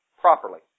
properly